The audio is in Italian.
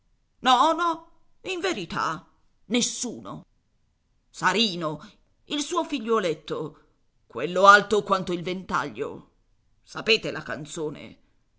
no no in verità nessuno sarino il suo figliuoletto quello alto quanto il ventaglio sapete la canzone